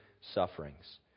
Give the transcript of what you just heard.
sufferings